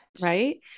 right